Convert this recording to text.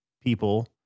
people